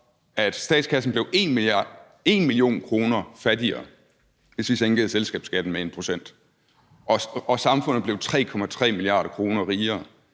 at statskassen blev 1 mio. kr. fattigere, hvis vi sænkede selskabsskatten med 1 pct., og samfundet blev 3,3 mia. kr. rigere,